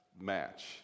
match